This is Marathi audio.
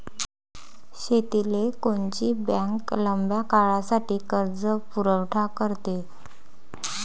शेतीले कोनची बँक लंब्या काळासाठी कर्जपुरवठा करते?